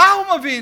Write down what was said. מה הוא מבין?